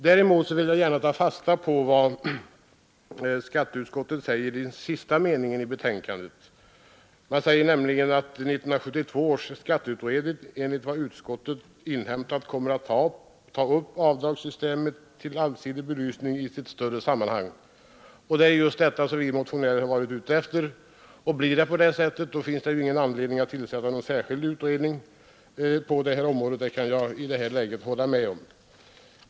Däremot vill jag gärna ta fasta på vad skatteutskottet säger i sista meningen i betänkandet, där det heter att ”1972 års skatteutredning allsidig bedömning i sitt större sammanhang ———”. Det är just detta som ättet så finns det ingen vi motionärer varit ute efter, och blir det på det motionärer varit ute efter, och blir det på det sättet så finns det ingen anledning att tillsätta någon särskild utredning på detta område, det kan jag i det här läget hålla med om.